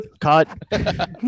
cut